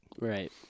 Right